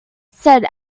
said